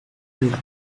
filled